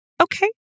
Okay